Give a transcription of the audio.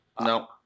no